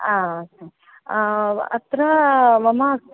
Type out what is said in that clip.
हा अत्र मम